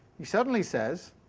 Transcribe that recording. he suddenly says